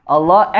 Allah